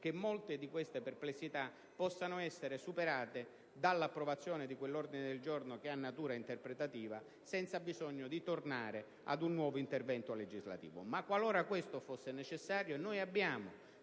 che molte di queste perplessità possano essere superate dall'approvazione di quell'ordine del giorno, che ha natura interpretativa, senza bisogno di tornare ad un nuovo intervento legislativo. Tuttavia, qualora questo fosse necessario, abbiamo